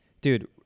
Dude